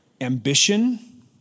Ambition